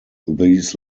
these